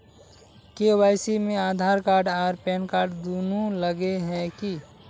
KYC में Aadhaar card आर PAN card दुनू लगे है की?